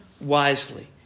wisely